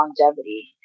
longevity